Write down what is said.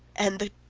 and the